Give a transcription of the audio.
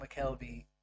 McKelvey